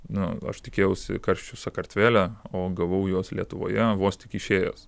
na aš tikėjausi karščio sakartvele o gavau juos lietuvoje vos tik išėjęs